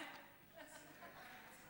של חברת הכנסת יוליה